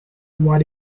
what